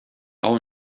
all